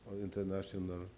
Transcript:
international